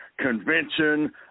convention